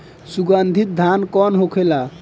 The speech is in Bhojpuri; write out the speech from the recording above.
सुगन्धित धान कौन होखेला?